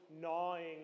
gnawing